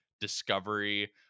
Discovery